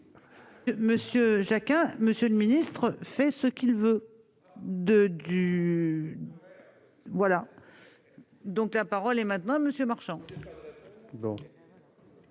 Monsieur Jacquin, monsieur le ministre, fait ce qu'il veut de du voilà donc la parole est maintenant Monsieur Marchand.